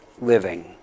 living